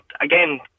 Again